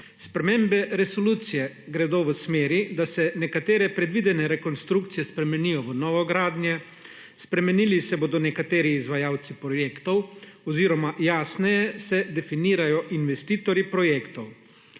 Spremembe resolucije gredo v smeri, da se nekatere predvidene rekonstrukcije spremenijo v novogradnje, spremenili se bodo nekateri izvajalci projektov oziroma jasneje se definirajo investitorji projektov.